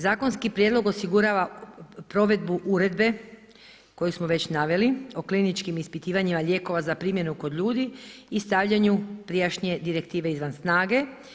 Zakonski prijedlog osigurava provedbu uredbe koju smo već naveli, o kliničkim ispitivanjima lijekova za primjenu kod ljudi i stavljanju prijašnje direktive izvan snage.